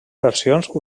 versions